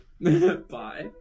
Bye